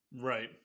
Right